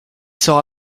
sort